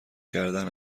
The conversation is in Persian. کردن